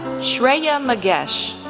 shreya magesh,